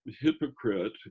hypocrite